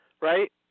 right